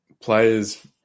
players